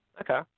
Okay